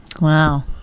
wow